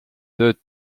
tööd